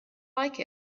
like